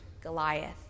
Goliath